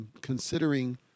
considering